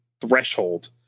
threshold